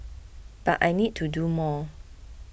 but I need to do more